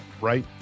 right